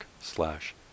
slash